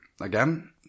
Again